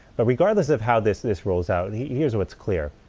but regardless of how this this rolls out, here's what's clear,